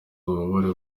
ububabare